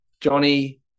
Johnny